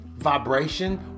Vibration